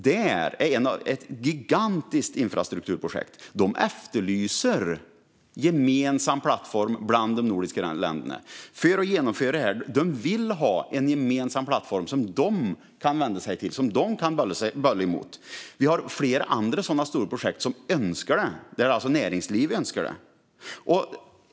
Det är ett gigantiskt infrastrukturprojekt, och de efterlyser en gemensam plattform bland de nordiska länderna för att genomföra det här. De vill ha en gemensam plattform som de kan vända sig till och bolla emot. Vi har flera andra sådana stora projekt som önskar detta, och det är alltså näringslivet som önskar det.